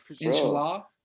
Inshallah